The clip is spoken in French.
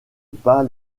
pas